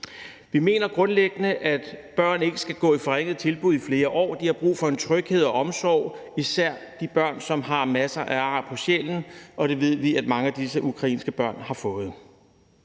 Vi mener grundlæggende, at børn ikke skal have forringede tilbud i flere år. De har brug for en tryghed og omsorg, især de børn, som har masser af ar på sjælen, og det ved vi at mange af disse ukrainske børn har fået.